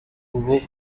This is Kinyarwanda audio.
ubu